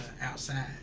outside